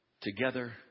Together